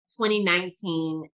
2019